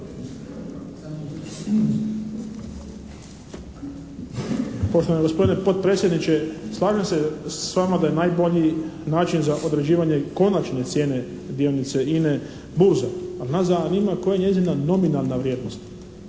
Poštovani gospodine potpredsjedniče, slažem se s vama da je najbolji način za određivanje konačne cijene dionice INA-e burza. A nas zanima koja je njezina nominalna vrijednost.